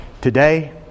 Today